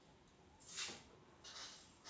या वर्षी आपल्याला व्यवसायात किती फायदा झाला आहे?